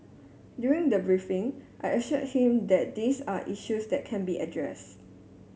during the briefing I assured him that these are issues that can be addressed